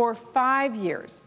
for five years